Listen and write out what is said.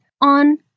on